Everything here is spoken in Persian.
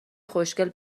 خوشگل